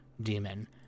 demon